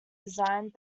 designed